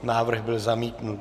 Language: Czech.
Návrh byl zamítnut.